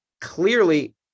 Clearly